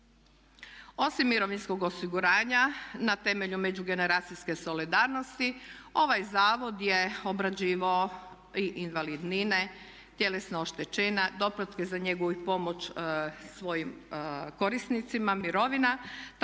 Osim mirovinskog osiguranja na temelju međugeneracijske solidarnosti ovaj Zavod je obrađivao i invalidnine, tjelesna oštećenja, doplatke za njegu i pomoć svojim korisnicima mirovina također